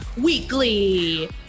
Weekly